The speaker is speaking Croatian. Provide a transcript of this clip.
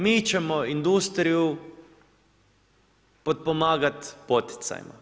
Mi ćemo industriju potpomagati poticajima.